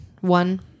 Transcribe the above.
One